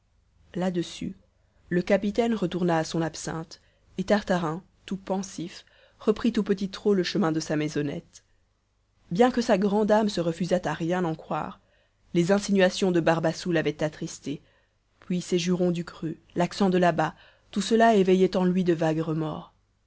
là-dessus le capitaine retourna à son absinthe et tartarin tout pensif reprit au petit trot le chemin de sa maisonnette bien que sa grande âme se refusât à rien en croire les insinuations de barbassou l'avaient attristé puis ces jurons du cru l'accent de là-bas tout cela éveillait en lui de vagues remords